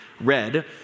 read